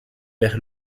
vers